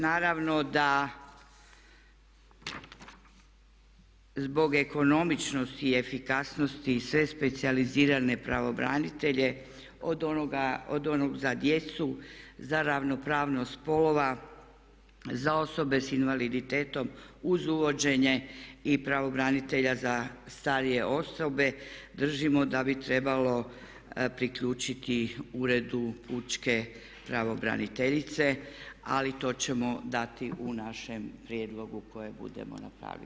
Naravno da zbog ekonomičnosti i efikasnosti sve specijalizirane pravobranitelje od onog za djecu, za ravnopravnost spolova, za osobe s invaliditetom uz uvođenje i pravobranitelja za starije osobe držimo da bi trebalo priključiti Uredu pučke pravobraniteljice ali to ćemo dati u našem prijedlogu kojeg budemo napravili.